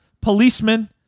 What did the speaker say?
policemen